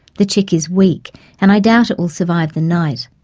the chick is weak and i doubt it will survive the night.